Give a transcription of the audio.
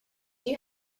you